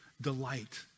delight